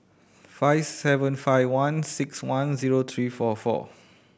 five seven five one six one zero three four four